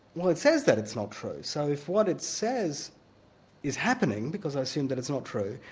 well it says that it's not true. so if what it says is happening, because i assume that it's not true,